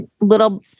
little